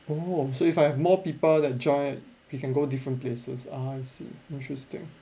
oh so if I have more people that join we can go different places ah I see interesting